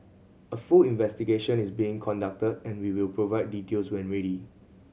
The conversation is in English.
a full investigation is being conducted and we will provide details when ready